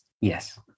yes